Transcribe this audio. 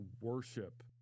worship